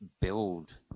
build